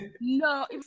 no